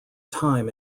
time